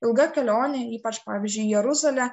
ilga kelionė ypač pavyzdžiui į jeruzalę